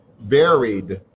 varied